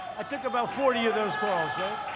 i took about forty of those calls. right?